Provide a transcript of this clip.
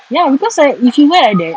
ya because right if you wear like that